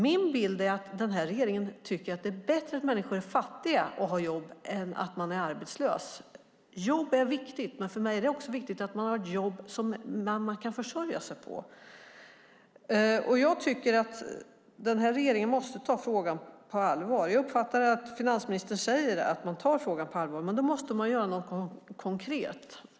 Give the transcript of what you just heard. Min bild är att denna regering tycker att det är bättre att människor är fattiga och har jobb än att de är arbetslösa. Jobb är viktigt, men för mig är det också viktigt att man har ett jobb man kan försörja sig på. Jag tycker att regeringen måste ta frågan på allvar. Jag uppfattar att finansministern säger att man tar frågan på allvar, men då måste man göra någonting konkret.